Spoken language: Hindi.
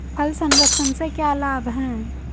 फल संरक्षण से क्या लाभ है?